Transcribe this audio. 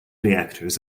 reactors